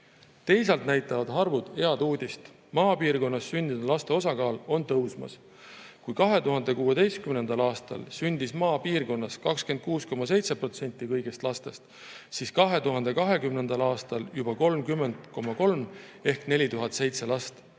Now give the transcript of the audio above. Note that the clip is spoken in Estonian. Teisalt näitavad arvud head uudist: maapiirkonnas sündinud laste osakaal on tõusmas. Kui 2016. aastal sündis maapiirkonnas 26,7% kõigist lastest, siis 2020. aastal juba 30,3% ehk 4007 last.